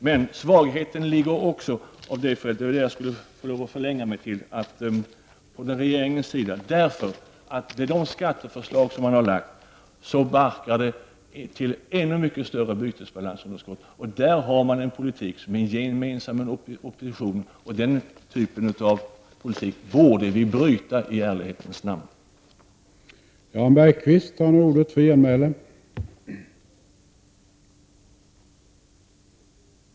Herr talman! Svagheten ligger också på regeringens sida. De skatteförslag regeringen har lagt fram barkar till ännu mycket större bytesbalansunderskott. Denna regerings politik är gemensam med oppositionens, och den typen av politik borde vi i ärlighetens namn bryta.